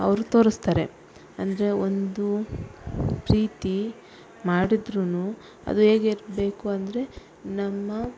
ಅವರು ತೋರಿಸ್ತಾರೆ ಅಂದರೆ ಒಂದು ಪ್ರೀತಿ ಮಾಡಿದ್ರು ಅದು ಹೇಗೆ ಇರಬೇಕು ಅಂದರೆ ನಮ್ಮ